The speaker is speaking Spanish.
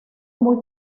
muy